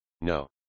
No